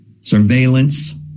surveillance